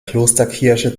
klosterkirche